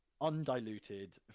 undiluted